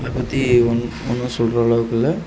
அதைப் பற்றி ஒன்றும் ஒன்றும் சொல்றளவுக்கில்லை